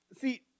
See